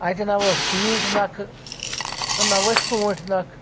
اَتہِ نہ وٕژھ پیٖٹ نٕکھٕ تہٕ نہ وٕتِھ ژوٗنٛٹھۍ نَکھٕ